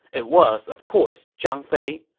it was, of course, zhang fei.